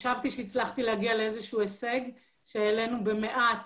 חשבתי שהצלחתי להגיע לאיזשהו הישג שהעלינו במעט